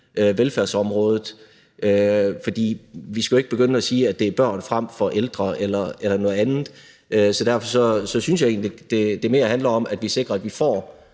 velfærdsområdet, for vi skal jo ikke begynde at sige, at det er børn frem for ældre eller noget andet. Så derfor synes jeg egentlig, at det mere handler om, at vi sikrer, at vi